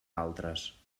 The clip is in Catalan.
altres